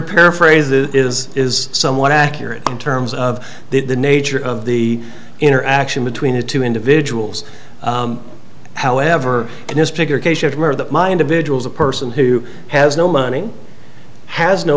your paraphrases is is somewhat accurate in terms of the nature of the interaction between the two individuals however in this particular case of murder that my individuals a person who has no money has no